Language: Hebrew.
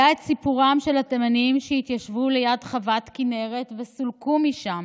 היה סיפורם של התימנים שהתיישבו ליד חוות כינרת וסולקו משם